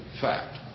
fact